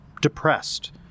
depressed